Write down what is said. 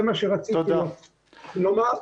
זה מה שרציתי לומר.